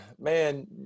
man